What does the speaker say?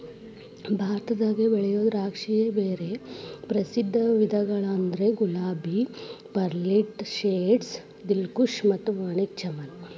ಭಾರತದಾಗ ಬೆಳಿಯೋ ದ್ರಾಕ್ಷಿಯ ಬ್ಯಾರೆ ಪ್ರಸಿದ್ಧ ವಿಧಗಳಂದ್ರ ಗುಲಾಬಿ, ಪರ್ಲೆಟ್, ಶೇರ್ಡ್, ದಿಲ್ಖುಷ್ ಮತ್ತ ಮಾಣಿಕ್ ಚಮನ್